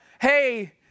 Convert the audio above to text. hey